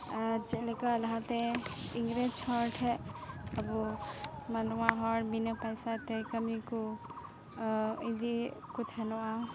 ᱟᱨ ᱪᱮᱫ ᱞᱮᱠᱟ ᱞᱟᱦᱟ ᱛᱮ ᱤᱝᱨᱮᱡ ᱦᱚᱲ ᱴᱷᱮᱡ ᱟᱵᱚ ᱢᱟᱱᱣᱟ ᱦᱚᱲ ᱵᱤᱱᱟᱹ ᱯᱟᱭᱥᱟ ᱛᱮ ᱠᱟᱹᱢᱤ ᱠᱚ ᱤᱫᱤᱭᱮᱫ ᱠᱚ ᱛᱟᱦᱮᱱᱚᱜᱼᱟ